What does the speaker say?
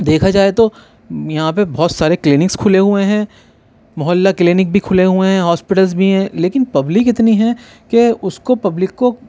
دیکھا جائے تو یہاں پہ بہت سارے کلینکس کھلے ہوئے ہیں محلہ کلینک بھی کھلے ہوئے ہیں ہاسپٹلس بھی ہیں لیکن پبلک اتنی ہے کہ اس کو پبلک کو